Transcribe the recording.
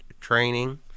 training